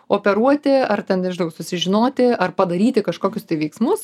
operuoti ar ten nežinau susižinoti ar padaryti kažkokius tai veiksmus